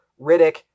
Riddick